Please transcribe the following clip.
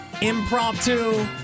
impromptu